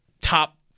top